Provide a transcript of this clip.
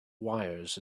wires